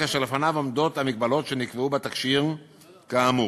כאשר לפניו עומדות המגבלות שנקבעו בתקשי"ר כאמור.